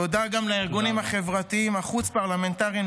תודה גם לארגונים החברתיים החוץ-פרלמנטריים,